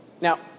Now